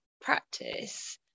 practice